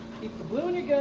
keep the blue in your